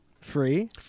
Free